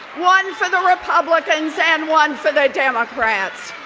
one for the republicans and one for that democrats